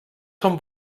són